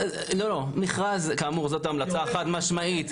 מכרז זו המלצה חד-משמעית.